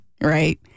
right